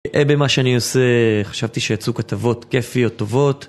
אהה במה שאני עושה, חשבתי שיצאו כתבות כיפיות טובות